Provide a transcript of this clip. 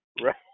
right